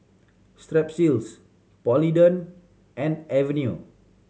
Strepsils Polident and Avenue